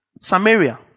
Samaria